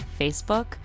Facebook